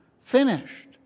finished